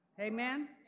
Amen